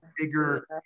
bigger